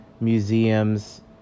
museums